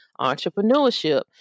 entrepreneurship